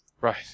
Right